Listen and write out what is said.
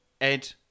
Ed